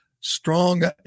Strong